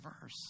verse